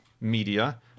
media